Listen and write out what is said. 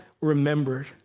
remembered